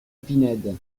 pinède